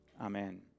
amen